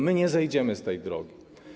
My nie zejdziemy z tej drogi.